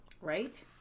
Right